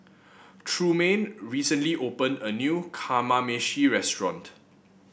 Trumaine recently opened a new Kamameshi Restaurant